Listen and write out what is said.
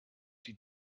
die